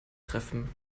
treffen